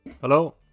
Hello